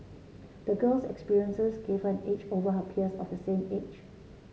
the girl's experiences gave her an edge over her peers of the same age